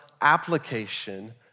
application